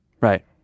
Right